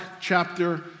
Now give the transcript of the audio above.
chapter